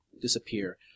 disappear